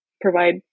provide